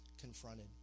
confronted